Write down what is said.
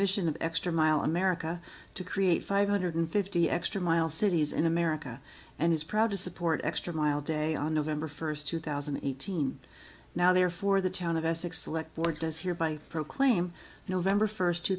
mission of extra mile america to create five hundred fifty extra mile cities in america and is proud to support extra mile day on november first two thousand and eighteen now therefore the town of essex select board as here by proclaim november first two